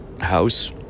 house